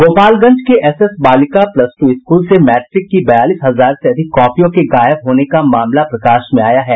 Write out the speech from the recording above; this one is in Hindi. गोपालगंज के एसएस बालिका प्लस टू स्कूल से मैट्रिक की बयालीस हजार से अधिक कॉपियों के गायब होने का मामला प्रकाश में आया है